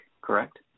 correct